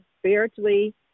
spiritually